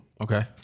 Okay